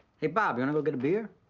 hey bob, you wanna go get a beer?